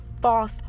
false